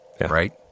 Right